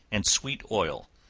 and sweet oil,